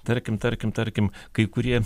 tarkim tarkim tarkim kai kurie